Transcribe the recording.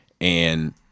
and-